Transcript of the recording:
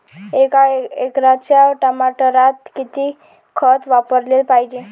एका एकराच्या टमाटरात किती खत वापराले पायजे?